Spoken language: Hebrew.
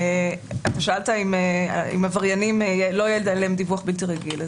שאלת אם על עבריינים לא יהיה דיווח בלתי רגיל.